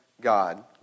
God